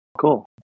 cool